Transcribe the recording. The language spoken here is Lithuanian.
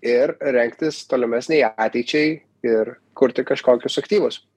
ir rengtis tolimesnei ateičiai ir kurti kažkokius aktyvus